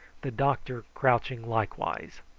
the doctor crouching likewise.